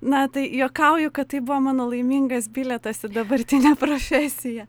na tai juokauju kad tai buvo mano laimingas bilietas į dabartinę profesiją